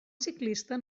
ciclista